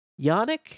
Yannick